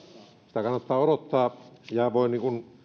sitä kannattaa odottaa ja voin